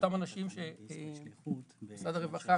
אותם אנשים שמשרד הרווחה,